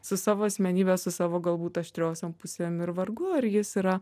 su savo asmenybe su savo galbūt aštriosiom pusėm ir vargu ar jis yra